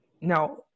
Now